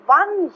one